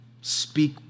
speak